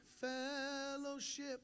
fellowship